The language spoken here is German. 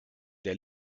der